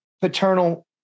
paternal